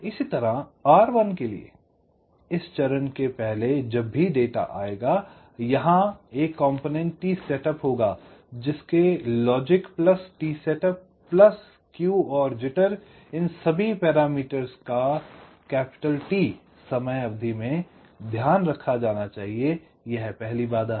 इसी तरह R1 के लिए इस चरण से पहले जब भी डेटा आएगा यहाँ घटक टी सेटअप होगा इसलिए लॉजिक t सेटअप स्केव और जिटर इन सभी पैरामीटर्स का T समयावधि में ध्यान रखा जाना चाहिए यह पहली बाधा है